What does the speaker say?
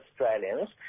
Australians